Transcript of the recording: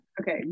okay